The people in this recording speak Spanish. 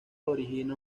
origina